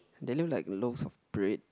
they live like loafs of bread